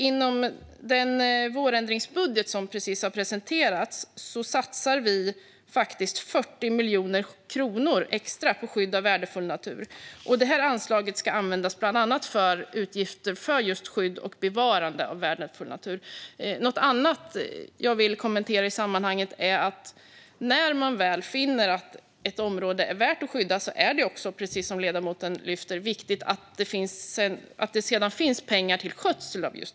Inom den vårändringsbudget som precis har presenterats satsar vi faktiskt 40 miljoner kronor extra på detta. Det är ett anslag som bland annat ska användas till utgifter för just skydd och bevarande av värdefull natur. När man väl finner att ett område är värt att skydda är det också, precis som ledamoten lyfter, viktigt att det sedan finns pengar till skötsel.